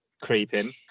creeping